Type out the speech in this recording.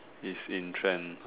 is in trend